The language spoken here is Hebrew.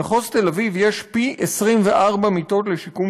במחוז תל-אביב יש פי-24 מיטות לשיקום